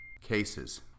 cases